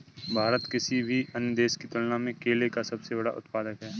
भारत किसी भी अन्य देश की तुलना में केले का सबसे बड़ा उत्पादक है